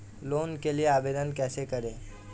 Loan के लिए आवेदन कैसे करें?